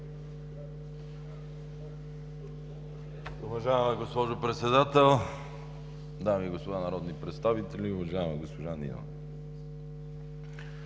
Уважаема госпожо Председател, дами и господа народни представители! Уважаема госпожо Нинова,